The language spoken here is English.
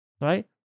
right